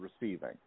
receiving